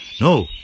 No